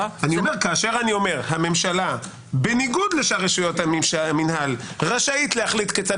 כאשר אני אומר: הממשלה בניגוד לשאר רשויות המינהל רשאית להחליט כיצד